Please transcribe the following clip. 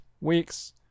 week's